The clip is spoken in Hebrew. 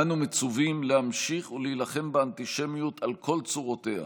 אנו מצווים להמשיך ולהילחם באנטישמיות על כל צורותיה.